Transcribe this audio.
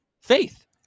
faith